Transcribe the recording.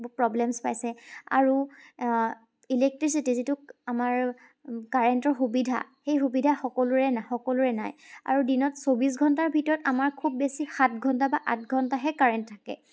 problems পাইছে আৰু electricity যিটো আমাৰ কাৰেণ্টৰ সুবিধা সেই সুবিধা সকলোৰে না সকলোৰে নাই আৰু দিনত চৌব্বিছ ঘণ্টাৰ ভিতৰত আমাক খুব বেছি সাত ঘণ্টা বা আঠ ঘণ্টাহে কাৰেণ্ট থাকে